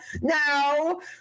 no